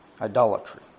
idolatry